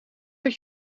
dat